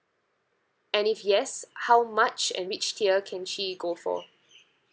and if yes how much and which tier can she go for